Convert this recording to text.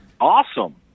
Awesome